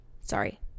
sorry